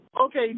okay